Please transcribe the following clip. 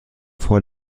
vor